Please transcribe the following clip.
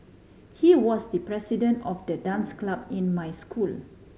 he was the president of the dance club in my school